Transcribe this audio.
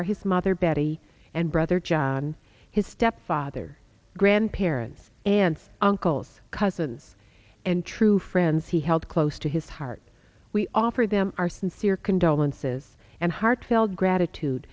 are his mother betty and brother john his stepfather grandparents aunts uncles cousins and true friends he held close to his heart we offer them our sincere condolences and heartfelt gratitude